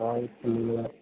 ஆயிரத்து முன்னூறு